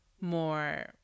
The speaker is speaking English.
more